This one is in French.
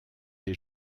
des